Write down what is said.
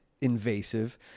invasive